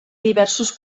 diversos